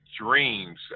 dreams